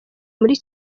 muri